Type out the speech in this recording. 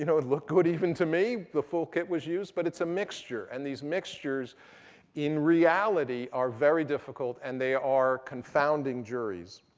you know it looked good even to me. the full kit was used. but it's a mixture. and these mixtures in reality are very difficult and they are confounding juries.